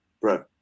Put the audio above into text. bro